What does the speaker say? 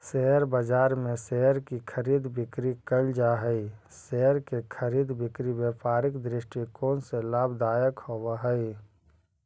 share बाजार में share की खरीद बिक्री कैल जा हइ शेयर के खरीद बिक्री व्यापारिक दृष्टिकोण से लाभदायक होवऽ हइ